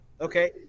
okay